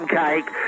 cake